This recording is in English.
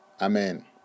Amen